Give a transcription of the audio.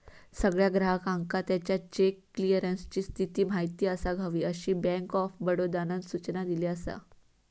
सगळ्या ग्राहकांका त्याच्या चेक क्लीअरन्सची स्थिती माहिती असाक हवी, अशी बँक ऑफ बडोदानं सूचना दिली असा